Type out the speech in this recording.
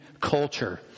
culture